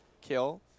kill